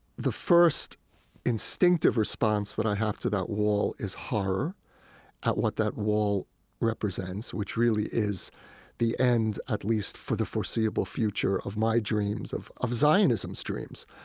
the first instinctive response that i have to that wall is horror at what that wall represents, which really is the end, at least for the foreseeable future, of my dreams, of of zionism's dreams,